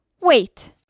Wait